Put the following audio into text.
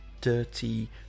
dirty